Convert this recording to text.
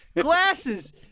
glasses